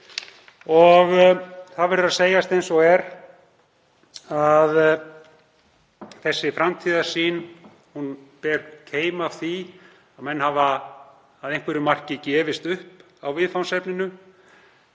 Og það verður að segjast eins og er að þessi framtíðarsýn ber keim af því að menn hafa að einhverju marki gefist upp á viðfangsefninu.